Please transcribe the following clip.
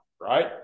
right